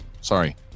Sorry